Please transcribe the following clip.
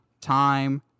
Time